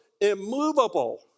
immovable